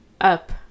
up